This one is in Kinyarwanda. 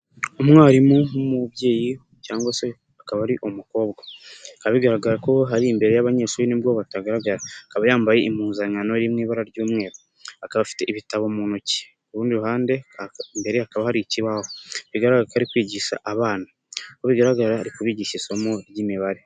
Umwarimu w'umubyeyi cyangwa se akaba ari umukobwa, bikaba bigaragara ko hari imbere y'abanyeshuri nubwo batagaragara, akaba yambaye impuzankano iri mu ibara ry'umweru, akaba afite ibitabo mu ntoki, ku rundi ruhande imbere ye hakaba hari ikibaho, bigaragara ko ari kwigisha abana, uko bigaragara ari kubigisha isomo ry'imibare.